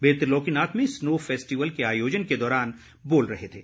वे त्रिलोकीनाथ में snow festival के आयोजन के दौरान बोल रहे थे